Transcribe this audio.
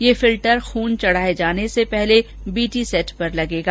यह फिल्टर खून चढ़ाये जाने से पहले बीटी सेट पर लगेगा